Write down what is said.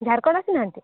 Jharkhand ଆସିନାହାଁନ୍ତି